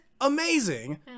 amazing